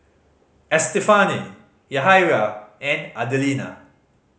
Estefany Yahaira and Adelina